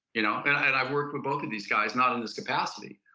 you know and and i've worked with both of these guys, not in this capacity,